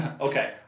okay